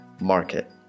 market